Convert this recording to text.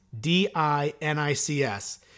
D-I-N-I-C-S